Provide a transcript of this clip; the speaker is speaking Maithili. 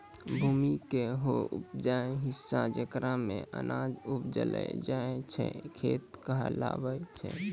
भूमि के हौ उपजाऊ हिस्सा जेकरा मॅ अनाज उपजैलो जाय छै खेत कहलावै छै